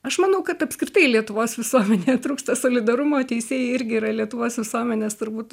aš manau kad apskritai lietuvos visuomenėje trūksta solidarumo teisėjai irgi yra lietuvos visuomenės turbūt